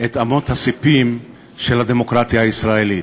את אמות הספים של הדמוקרטיה הישראלית.